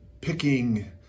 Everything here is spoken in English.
Picking